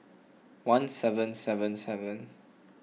one seven seven seven